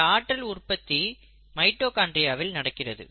இந்த ஆற்றல் உற்பத்தி மைட்டோகாண்ட்ரியாவில் நடக்கிறது